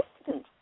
Assistant